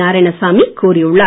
நாராயணசாமி கூறியுள்ளார்